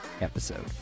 episode